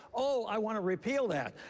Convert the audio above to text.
oh, i want to repeal that.